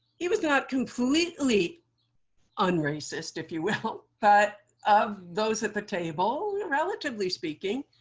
he was not completely un-racist, if you will. but of those at the table, relatively speaking,